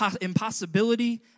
impossibility